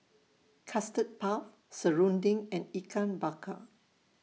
Custard Puff Serunding and Ikan Bakar